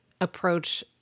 approach